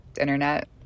internet